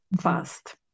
fast